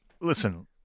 listen